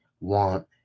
want